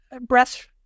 breath